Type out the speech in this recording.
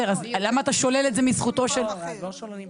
למה אתה שולל את זה מזכותו של --- לא שוללים.